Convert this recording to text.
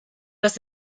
los